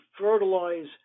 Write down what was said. fertilize